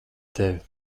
tevi